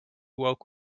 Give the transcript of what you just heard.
woke